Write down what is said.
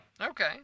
Okay